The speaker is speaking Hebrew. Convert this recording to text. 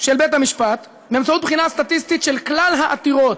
של בית-המשפט באמצעות בחינה סטטיסטית של כלל העתירות,